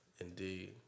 Indeed